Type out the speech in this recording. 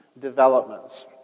developments